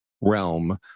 realm